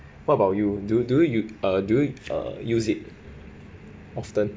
what about you do do you uh do you uh use it often